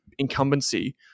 incumbency